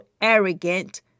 arrogant